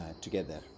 together